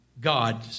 God